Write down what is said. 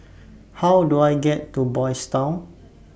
How Do I get to Boys' Town